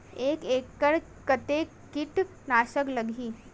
एक एकड़ कतेक किट नाशक लगही?